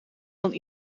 dan